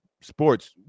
sports